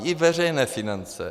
I veřejné finance.